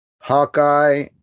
Hawkeye